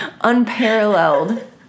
Unparalleled